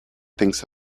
thinks